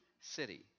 city